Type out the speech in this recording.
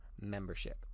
membership